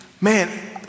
man